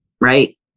right